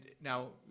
now